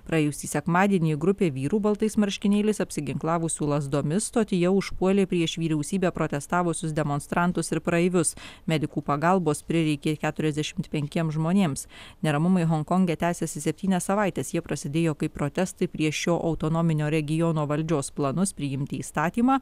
praėjusį sekmadienį grupė vyrų baltais marškinėliais apsiginklavusių lazdomis stotyje užpuolė prieš vyriausybę protestavusius demonstrantus ir praeivius medikų pagalbos prireikė keturiasdešimt penkiem žmonėms neramumai honkonge tęsiasi septynias savaites jie prasidėjo kaip protestai prieš šio autonominio regiono valdžios planus priimti įstatymą